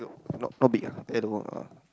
no not not big ah at all ah